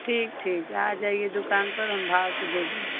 ठीक ठीक आजाइए दुकान पर हम भाव से दे देंगे